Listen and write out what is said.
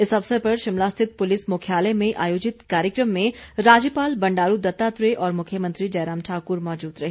इस अवसर पर शिमला स्थित पुलिस मुख्यालय में आयोजित कार्यक्रम में राज्यपाल बंडारू दत्तात्रेय और मुख्यमंत्री जयराम ठाक्र मौजूद रहे